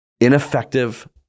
ineffective